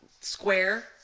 square